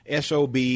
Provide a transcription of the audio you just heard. sob